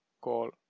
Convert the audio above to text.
call